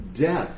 Death